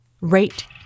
Rate